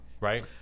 right